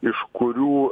iš kurių